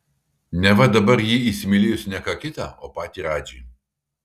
neva dabar ji įsimylėjusi ne ką kitą o patį radžį